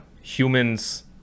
humans